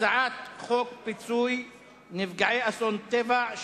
הצעת חוק פיצוי נפגעי אסון טבע,